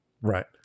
Right